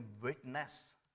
witness